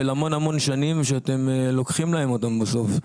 המון המון שנים שאתם לוקחים להם אותם בסוף,